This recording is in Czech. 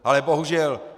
Ale bohužel.